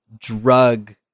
drug